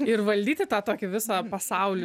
ir valdyti tą tokį visą pasaulį